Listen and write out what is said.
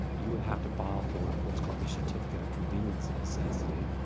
you'd have to file for what's called a certificate of convenience and necessity,